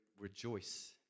rejoice